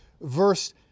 verse